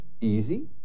easy